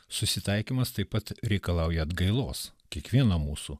susitaikymas taip pat reikalauja atgailos kiekvieno mūsų